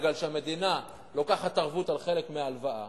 בגלל שהמדינה לוקחת ערבות על חלק מההלוואה.